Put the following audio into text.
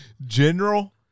general